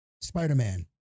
Spider-Man